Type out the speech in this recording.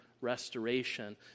restoration